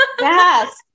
Yes